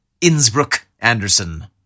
Innsbruck-Anderson